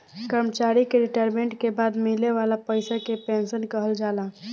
कर्मचारी के रिटायरमेंट के बाद मिले वाला पइसा के पेंशन कहल जाला